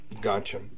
Gotcha